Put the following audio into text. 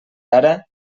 ara